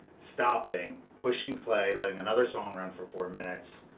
stopping, pushing play, letting another song run for four minutes,